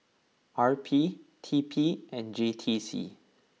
R P T P and J T C